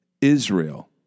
Israel